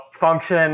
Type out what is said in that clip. function